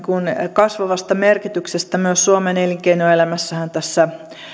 kasvavasta merkityksestä myös suomen elinkeinoelämässä tässä